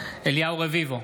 אליהו רביבו,